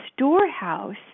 storehouse